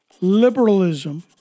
Liberalism